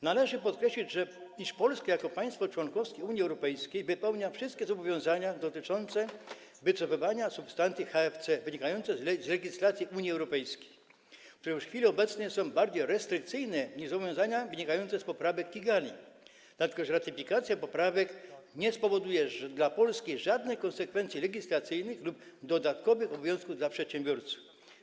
Należy podkreślić, iż Polska jako państwo członkowskie Unii Europejskiej wypełnia wszystkie zobowiązania dotyczące wycofywania substancji HFC, wynikające z legislacji Unii Europejskiej, które już w chwili obecnej są bardziej restrykcyjne niż zobowiązania wynikające z poprawek z Kigali, dlatego że ratyfikacja poprawek nie spowoduje dla Polski żadnych konsekwencji legislacyjnych lub dodatkowych obowiązków dla przedsiębiorców.